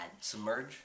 Submerge